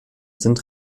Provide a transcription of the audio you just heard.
sind